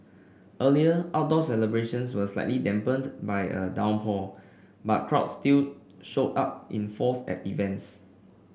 earlier outdoor celebrations were slightly dampened by a downpour but crowds still showed up in force at events